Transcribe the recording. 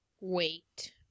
Wait